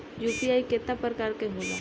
UPI केतना प्रकार के होला?